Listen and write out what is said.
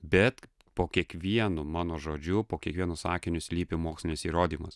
bet po kiekvienu mano žodžiu po kiekvienu sakiniu slypi mokslinis įrodymas